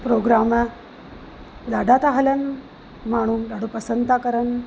programme ॾाढा था हलनि माण्हू ॾाढो पसंदि था करनि